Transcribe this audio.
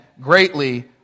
greatly